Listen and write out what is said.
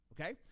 Okay